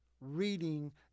reading